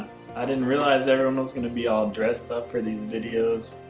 i didn't realize everyone was gonna be all dressed up for these videos.